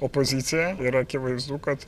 opozicija ir akivaizdu kad